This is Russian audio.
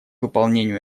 выполнению